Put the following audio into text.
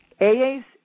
AAs